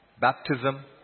baptism